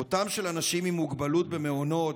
מותם של אנשים עם מוגבלות במעונות,